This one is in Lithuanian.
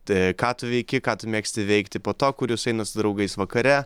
tai ką tu veiki ką tu mėgsti veikti po to kur jūs einat su draugais vakare